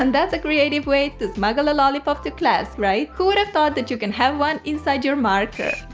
and that's a creative way to smuggle a lollipop to class right! who would have thought that you can have one inside your marker.